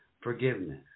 forgiveness